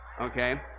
Okay